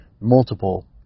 multiple